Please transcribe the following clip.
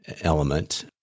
element